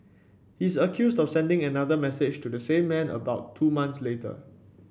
he is accused of sending another message to the same man about two months later